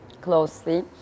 closely